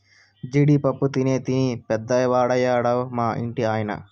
జీడి పప్పు తినీ తినీ పెద్దవాడయ్యాడు మా ఇంటి ఆయన